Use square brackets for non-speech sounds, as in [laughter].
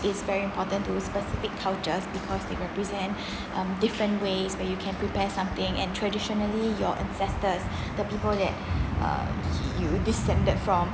is very important to specific cultures because they represent [breath] um different ways where you can prepare something and traditionally your ancestors [breath] the people that uh you descended from